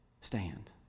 stand